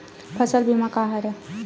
फसल बीमा का हरय?